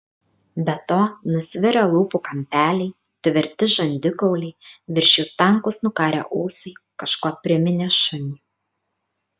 be to nusvirę lūpų kampeliai tvirti žandikauliai virš jų tankūs nukarę ūsai kažkuo priminė šunį